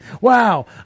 Wow